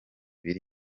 biri